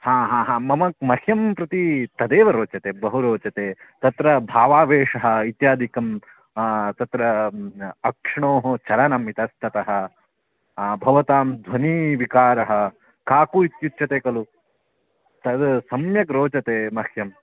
हा हा हा मम मह्यं प्रति तदेव रोचते बहुरोचते तत्र भावावेशः इत्यादिकं तत्र अक्ष्णोः चलनम् इतस्ततः भवतां ध्वनिविकारः काकु इत्यच्यते खलु तद् सम्यक् रोचते मह्यं